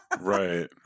Right